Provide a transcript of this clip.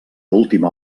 última